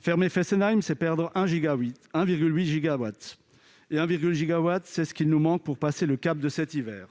Fermer Fessenheim, c'est perdre 1,8 gigawatt, c'est-à-dire ce qui nous manque pour passer le cap de cet hiver.